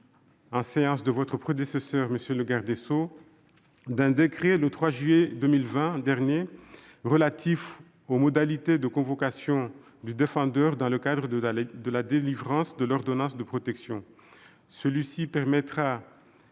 en séance publique par votre prédécesseure, monsieur le garde des sceaux, d'un décret relatif aux modalités de convocation du défendeur dans le cadre de la délivrance de l'ordonnance de protection. Celui-ci permettra